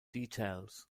details